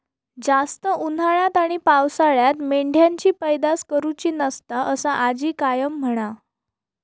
जास्त उन्हाळ्यात आणि पावसाळ्यात मेंढ्यांची पैदास करुची नसता, असा आजी कायम म्हणा